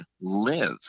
live